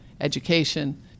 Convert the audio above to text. education